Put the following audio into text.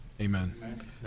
Amen